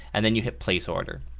and then you hit place order.